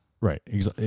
right